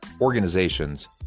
organizations